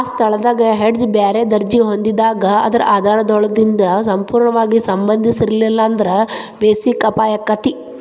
ಆ ಸ್ಥಳದಾಗ್ ಹೆಡ್ಜ್ ಬ್ಯಾರೆ ದರ್ಜಿ ಹೊಂದಿದಾಗ್ ಅದ ಆಧಾರದೊಂದಿಗೆ ಸಂಪೂರ್ಣವಾಗಿ ಸಂಬಂಧಿಸಿರ್ಲಿಲ್ಲಾಂದ್ರ ಬೆಸಿಕ್ ಅಪಾಯಾಕ್ಕತಿ